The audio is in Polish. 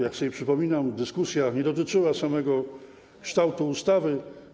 Jak sobie przypominam, dyskusja nie dotyczyła samego kształtu ustawy.